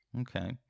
Okay